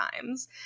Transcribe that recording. times